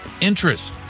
Interest